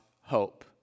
hope